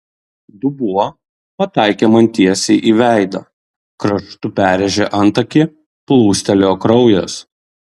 dubuo pataikė man tiesiai į veidą kraštu perrėžė antakį plūstelėjo kraujas